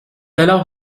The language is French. alors